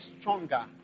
stronger